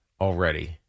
already